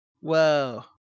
Whoa